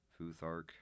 Futhark